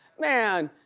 man,